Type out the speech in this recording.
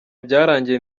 byarangiye